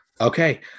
Okay